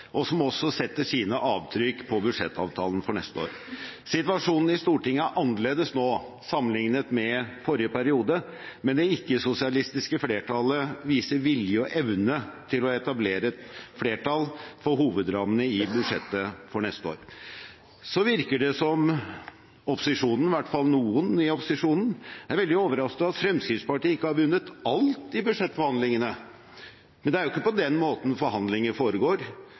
og som også setter sine avtrykk på budsjettavtalen for neste år. Situasjonen i Stortinget er annerledes nå sammenlignet med forrige periode, men det ikke-sosialistiske flertallet viser vilje og evne til å etablere flertall for hovedrammene i budsjettet for neste år. Så virker det som om opposisjonen, i hvert fall noen i opposisjonen, er veldig overrasket over at Fremskrittspartiet ikke har vunnet alt i budsjettforhandlingene. Men det er jo ikke på den måten forhandlinger foregår